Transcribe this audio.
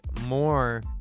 more